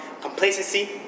complacency